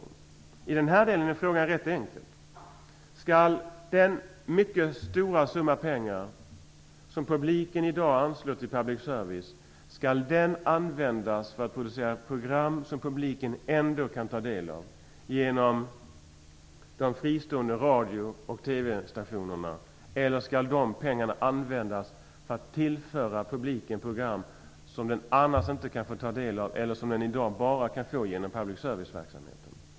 I den här delen är frågan rätt enkel. Skall den mycket stora summa pengar som publiken i dag anslår till public service användas för att producera program som publiken ändå kan ta del av genom de fristående radio och TV-stationerna, eller skall de pengarna användas för att tillföra publiken program som den annars inte kan få ta del av eller som den i dag bara kan få genom public service-verksamheten?